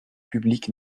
publiques